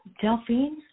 Delphine